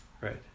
right